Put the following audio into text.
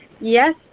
yes